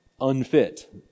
unfit